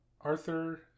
Arthur